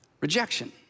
Rejection